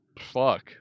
fuck